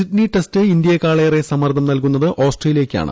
Sydney test ഇന്ത്യയെക്കാളേറെ സമ്മർദ്ദം നൽകുന്നത് ഓസ്ട്രേലിയക്കാണ്